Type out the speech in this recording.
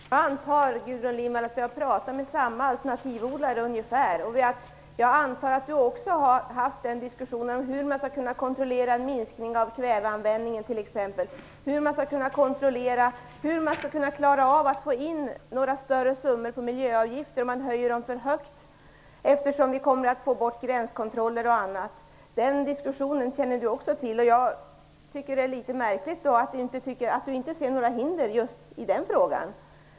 Fru talman! Jag antar att vi, Gudrun Lindvall, har pratat med ungefär samma alternativodlare. Jag antar också att även Gudrun Lindvall haft diskussionen om hur man skall kunna kontrollera minskningen t.ex. av kväveanvändningen och hur man skall kunna klara av att få in några större summor på miljöavgifter om dessa höjs för mycket. Vi kommer ju att få bort t.ex. gränskontroller. Den diskussionen känner du också till. Jag tycker därför att det är litet märkligt att Gudrun Lindvall inte ser några hinder i just den frågan.